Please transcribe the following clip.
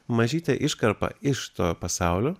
mažytė iškarpa iš to pasaulio